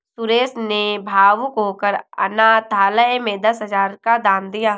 सुरेश ने भावुक होकर अनाथालय में दस हजार का दान दिया